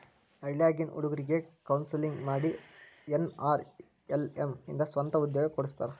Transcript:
ಹಳ್ಳ್ಯಾಗಿನ್ ಹುಡುಗ್ರಿಗೆ ಕೋನ್ಸೆಲ್ಲಿಂಗ್ ಮಾಡಿ ಎನ್.ಆರ್.ಎಲ್.ಎಂ ಇಂದ ಸ್ವಂತ ಉದ್ಯೋಗ ಕೊಡಸ್ತಾರ